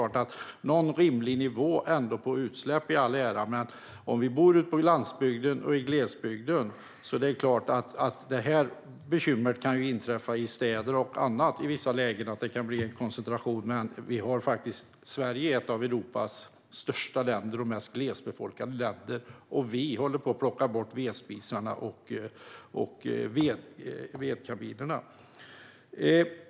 Rimlig nivå på utsläppen i all ära, men Sverige är ett av Europas största och mest glesbefolkade länder. Visst kan det inträffa problem om det blir en koncentration av vedeldning i städer, men läget är ett helt annat för dem som bor på landsbygden och i glesbygden. Nu håller vi på att plocka bort vedspisar och vedkaminer.